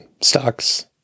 stocks